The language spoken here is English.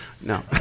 No